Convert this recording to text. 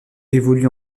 évolue